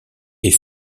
est